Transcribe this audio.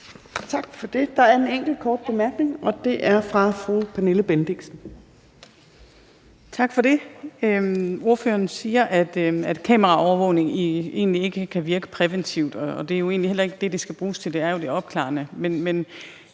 Tak for det. Der er en enkelt kort bemærkning, og den er fra fru Pernille Bendixen. Kl. 14:52 Pernille Bendixen (DF): Tak for det. Ordføreren siger, at kameraovervågning egentlig ikke kan virke præventivt. Det er jo egentlig heller ikke det, det skal bruges til. Det er jo det opklarende.